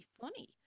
funny